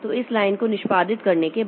तो इस लाइन को निष्पादित करने के बाद